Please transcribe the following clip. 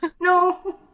No